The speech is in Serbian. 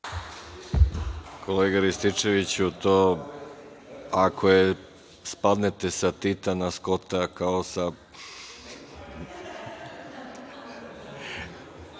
Kolega Rističeviću to ako spadnete sa Tita na Skota, kao sad